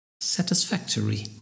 Satisfactory